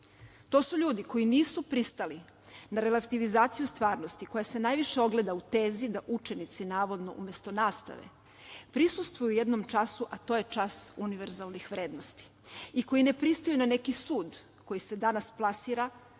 To su ljudi koji nisu pristali na relativizaciju stvarnosti, koja se najviše ogleda u tezi da učenici, navodno, umesto nastave, prisustvuju jednom času, a to je čas univerzalnih vrednosti, i koji ne pristaju na neki sud koji se danas plasira,